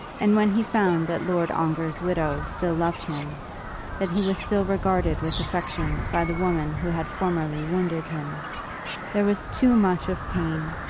and when he found that lord ongar's widow still loved him that he was still regarded with affection by the woman who had formerly wounded him there was too much of pain,